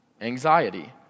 anxiety